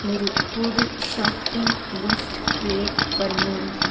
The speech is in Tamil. ஒரு புது ஷாப்பிங் லிஸ்ட் க்ரியேட் பண்ணு